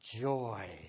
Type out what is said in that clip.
joy